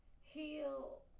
Heal